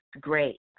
great